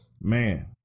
man